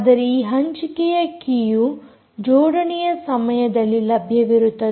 ಆದರೆ ಈ ಹಂಚಿಕೆಯ ಕೀಯು ಜೋಡಣೆಯ ಸಮಯದಲ್ಲಿ ಲಭ್ಯವಿರುತ್ತದೆ